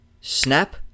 snap